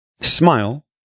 smile